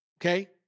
Okay